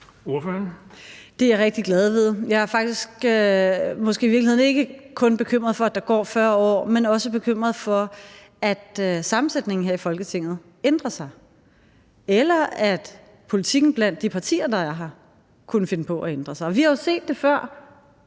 Det er jeg rigtig glad for. Jeg er måske i virkeligheden ikke kun bekymret for, at der går 40 år, men også bekymret for, at sammensætningen her i Folketinget ændrer sig, eller at politikken blandt de partier, der er her, kunne ændre sig. Og vi har jo set det før